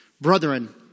Brethren